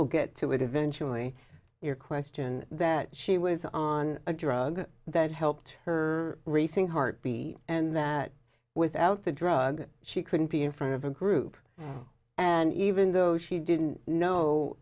will get to it eventually your question that she was on a drug that helped her racing heart beat and that without the drug she couldn't be in front of a group and even though she didn't know